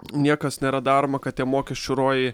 niekas nėra daroma kad tie mokesčių rojai